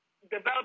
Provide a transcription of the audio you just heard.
Develop